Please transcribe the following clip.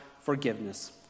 forgiveness